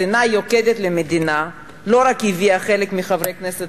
השנאה היוקדת למדינה לא רק הביאה חלק מחברי הכנסת